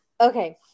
Okay